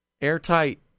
Airtight